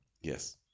Yes